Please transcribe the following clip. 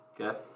Okay